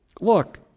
Look